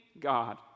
God